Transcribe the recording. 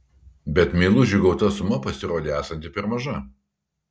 bet meilužiui gauta suma pasirodė esanti per maža